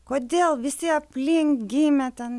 kodėl visi aplink gimę ten